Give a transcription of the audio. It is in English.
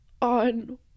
On